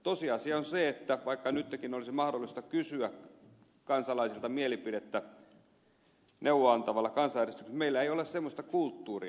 tosiasia on se että vaikka nytkin olisi mahdollista kysyä kansalaisilta mielipidettä neuvoa antavalla kansanäänestyksellä meillä ei ole semmoista kulttuuria